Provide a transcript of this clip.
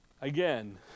again